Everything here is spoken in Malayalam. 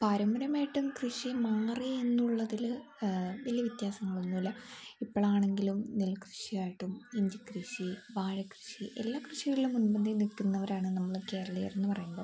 പാരമ്പര്യമായിട്ടും കൃഷി മാറി എന്നുള്ളതിൽ വലിയ വ്യത്യാസങ്ങളൊന്നുമില്ല ഇപ്പോഴാണെങ്കിലും നെൽകൃഷിയായിട്ടും ഇഞ്ചിക്കൃഷി വാഴക്കൃഷി എല്ലാ കൃഷികളിലും മുൻപന്തിയിൽ നിൽക്കുന്നവരാണ് നമ്മൾ കേരളിയർ എന്നു പറയുമ്പോൾ